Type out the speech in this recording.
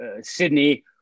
Sydney